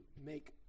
make